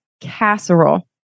casserole